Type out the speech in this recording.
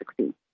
2016